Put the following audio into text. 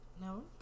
no